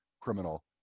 criminal